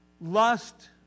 Lust